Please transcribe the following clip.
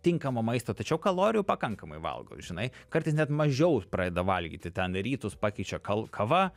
tinkamo maisto tačiau kalorijų pakankamai valgom žinai kartais net mažiau pradeda valgyti ten rytus pakeičia kal kava